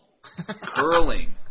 Curling